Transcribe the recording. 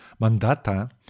Mandata